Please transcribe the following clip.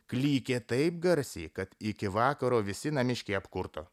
klykė taip garsiai kad iki vakaro visi namiškiai apkurto